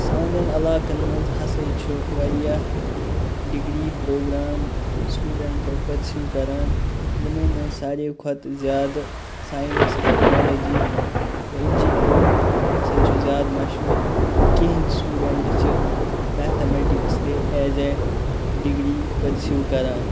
سانٮ۪ن عَلاقَن مَنٛز ہَسا چھُ واریاہ ڈِگری پروگرام سٹوڈَنٹ پٔرسِو کَران یمو مَنٛز ساروی کھۄتہٕ زیادٕ ساینَس ٹیٚکنالَجی تہٕ اِنجیٖنیٚرِنٛگ ہَسا چھُ زیادٕ مَشہوٗر تہٕ کینٛہہ سٹوٗڈَنٹ چھِ میٚتھہمیٚٹِکِس تہٕ ایز اےٚ ڈِگری پٔرسِو کَران